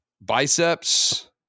biceps